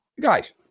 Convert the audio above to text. guys